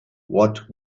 what